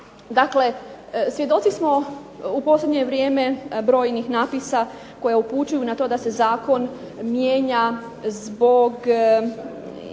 Dakle, svjedoci smo u posljednje vrijeme brojnih napisa koji upućuju na to da se Zakon mijenja zbog